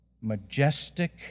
majestic